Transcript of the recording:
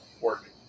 work